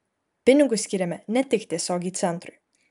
pinigus skyrėme ne tik tiesiogiai centrui